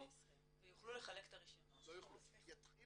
ויוחלו לחלק את הרישיונות -- לא יוכלו.